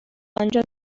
آنجا